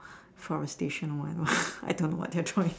forestation or whatever I don't know what they're drawing